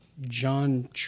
John